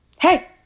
Hey